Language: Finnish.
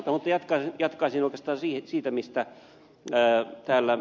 mutta jatkaisin oikeastaan siitä mistä täällä ed